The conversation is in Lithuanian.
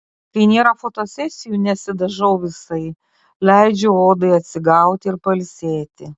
kai nėra fotosesijų nesidažau visai leidžiu odai atsigauti ir pailsėti